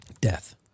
death